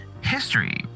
history